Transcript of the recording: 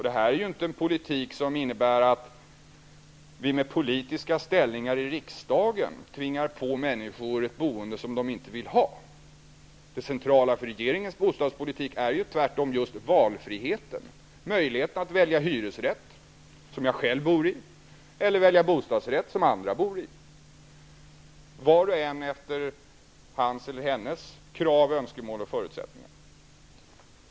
Det här är inte en politik som innebär att vi med politiska ställningstaganden i riksdagen tvingar på människor ett boende som de inte vill ha. Det centrala för regeringens bostadspolitik är just valfriheten, möjligheten att välja hyresrätt, som jag själv har gjort, eller bostadsrätt, som andra har valt -- var och en efter sina krav, önskemål och förutsättningar.